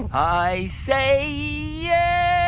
i say yeah